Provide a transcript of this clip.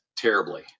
Terribly